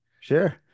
Sure